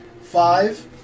Five